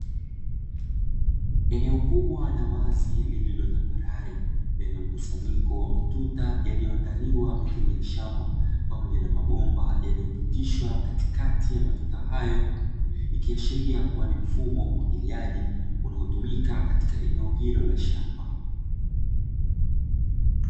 Eneo kubwa la wazi lilio tambarare, lenye mkusanyiko wa matuta yaliyoandaliwa mithili ya shamba, pamoja na mabomba yaliyopotishwa katikati ya matuta hayo, yakiashiria kuwa ni mfumo wa umwagiliaji unaotumika katika eneo hilo la shamba.